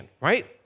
Right